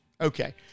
Okay